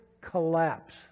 collapse